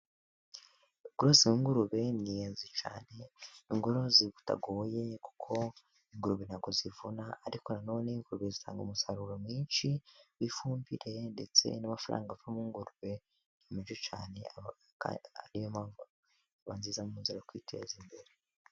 Ubworozi bw'ingurube ni ingenzi cyane. Ni ubworozi butagoye kuko ingurube nta bwo zivuna, ariko na none ingurube zitanga umusaruro mwinshi wi'fumbire, ndetse n'amafaranga ava mu ngurube ni menshi cyane. Akaba ariyo mpamvu ziba nziza mu nzira yo kwiteza imbere.